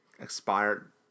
expired